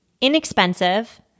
inexpensive